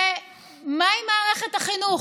ומה עם מערכת החינוך?